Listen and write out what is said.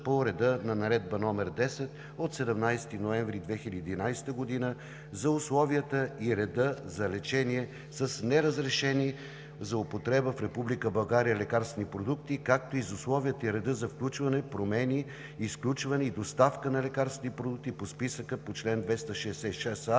по реда на Наредба № 10 от 17 ноември 2011 г. за условията и реда за лечение с неразрешени за употреба в Република България лекарствени продукти, както и за условията и реда за включване, промени, изключване и доставка на лекарствени продукти по списъка по чл. 266а,